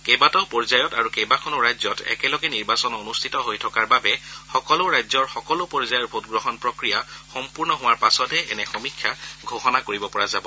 কেইবাটাও পৰ্য্যায়ত আৰু কেইবাখনো ৰাজ্যত একেলগে নিৰ্বাচন অনুষ্ঠিত হৈ থকাৰ বাবে সকলো ৰাজ্যৰ সকলো পৰ্য্যায়ৰ ভোটগ্ৰহণ প্ৰক্ৰিয়া সম্পূৰ্ণ হোৱাৰ পাছতহে এনে সমীক্ষা ঘোষণা কৰিব পৰা যাব